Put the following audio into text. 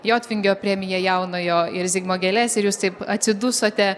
jotvingio premija jaunojo ir zigmo gėlės ir jūs taip atsidusote